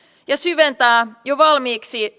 ja syventää jo valmiiksi